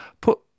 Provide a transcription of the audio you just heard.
put